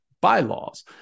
bylaws